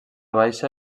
baixa